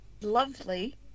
lovely